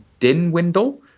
dinwindle